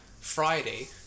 Friday